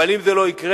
אבל, אם זה לא יקרה,